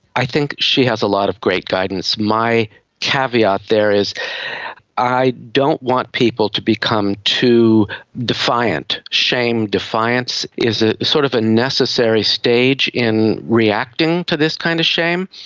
i think she has a lot of great guidance. my caveat there is i don't want people to become too defiant. shame defiance is ah sort of a necessary stage in reacting to this kind of shame.